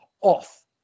off